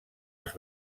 als